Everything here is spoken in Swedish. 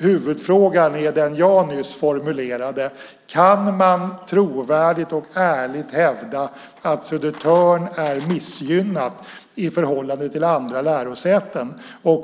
Huvudfrågan är väl ändå den jag nyss formulerade: Kan man trovärdigt och ärligt hävda att Södertörn är missgynnat i förhållande till andra lärosäten?